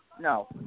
no